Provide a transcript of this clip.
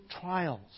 trials